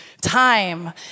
time